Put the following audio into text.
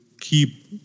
keep